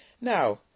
Now